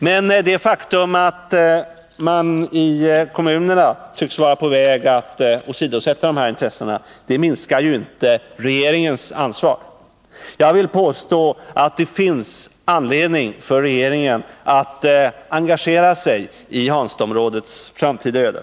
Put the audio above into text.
Men det faktum att man i kommunerna tycks vara på väg att åsidosätta de här intressena minskar ju inte regeringens ansvar. Jag vill påstå att det finns anledning för regeringen att engagera sig i Hanstaområdets framtida öde.